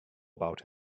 about